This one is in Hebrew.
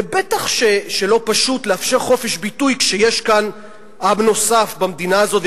ובטח שלא פשוט לאפשר חופש ביטוי כשיש כאן עם נוסף במדינה הזאת,